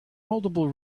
multiple